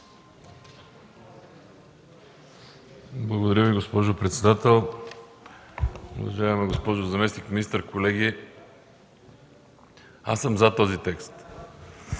Благодаря Ви, госпожо председател. Уважаема госпожо заместник-министър, колеги! Аз съм „за” този текст.